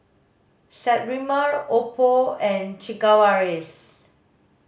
Sterimar Oppo and Sigvaris